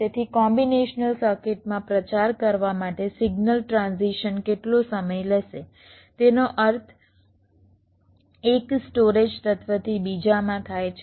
તેથી કોમ્બિનેશનલ સર્કિટમાં પ્રચાર કરવા માટે સિગ્નલ ટ્રાન્ઝિશન કેટલો સમય લેશે તેનો અર્થ 1 સ્ટોરેજ તત્વથી બીજામાં થાય છે